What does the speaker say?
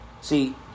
See